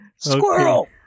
Squirrel